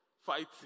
fighting